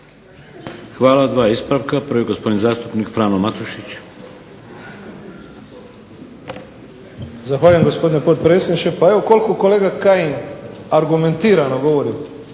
Hvala. Dva ispravka. Prvi gospodin zastupnik Frano Matušić. **Matušić, Frano (HDZ)** Zahvaljujem gospodine potpredsjedniče. Pa evo koliko kolega Kajin argumentirano govori